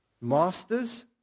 Masters